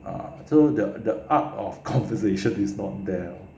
err so the the art of conversation is not there